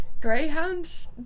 greyhounds